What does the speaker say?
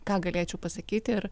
ką galėčiau pasakyti ir